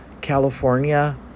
California